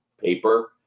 paper